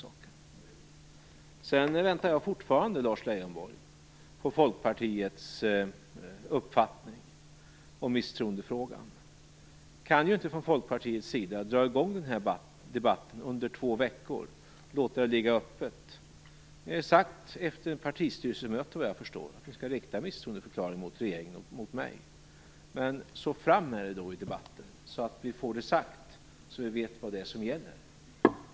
Lars Leijonborg, jag väntar fortfarande på att få höra Folkpartiets uppfattning om misstroendefrågan. Folkpartiet kan ju inte dra i gång den här debatten och låta frågan ligga öppen under två veckor. Såvitt jag förstår har ni efter ett partistyrelsemöte sagt att ni skall rikta misstroendeförklaring mot regeringen och mot mig. Men lägg fram det då i debatten så att det blir sagt, så att vi vet vad som gäller.